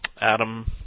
Adam